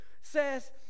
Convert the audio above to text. says